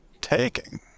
Taking